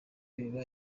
biba